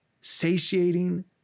satiating